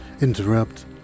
interrupt